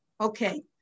Okay